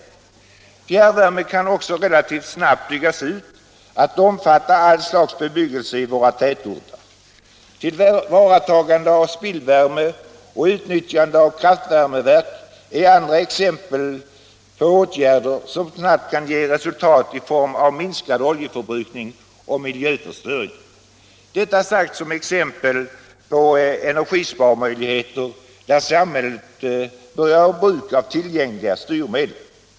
Fjärrvärme kan också relativt snabbt byggas ut att omfatta all slags bebyggelse i våra tätorter. Tillvaratagande av spillvärme och utnyttjande av kraftvärmeverk är andra exempel på åtgärder som snabbt kan ge resultat i form av minskad oljeförbrukning och minskad miljöförstöring. — Detta sagt som exempel på energisparmöjligheter där samhället bör göra bruk av tillgängliga styrmedel.